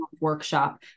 workshop